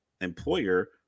employer